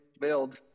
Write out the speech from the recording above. build